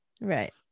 right